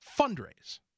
Fundraise